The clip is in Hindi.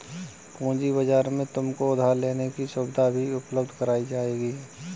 पूँजी बाजार में तुमको उधार लेने की सुविधाएं भी उपलब्ध कराई जाएंगी